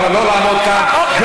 אף אחד לא מגיע לכאן, אדוני היושב-ראש.